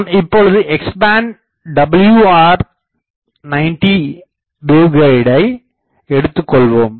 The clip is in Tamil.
நாம் இப்பொழுது X பேண்ட் WR90 வேவ்கைடையை எடுத்துக்கொள்வோம்